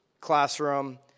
classroom